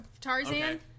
Tarzan